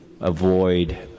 avoid